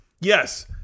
yes